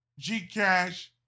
Gcash